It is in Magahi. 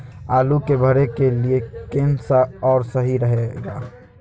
आलू के भरे के लिए केन सा और सही रहेगा?